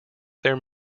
their